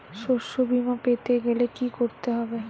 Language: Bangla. শষ্যবীমা পেতে গেলে কি করতে হবে?